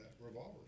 Revolver